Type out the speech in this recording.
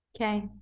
Okay